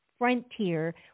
Frontier